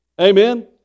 Amen